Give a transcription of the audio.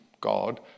God